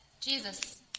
Jesus